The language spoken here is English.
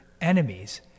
enemies